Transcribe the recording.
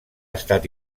estat